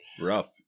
Rough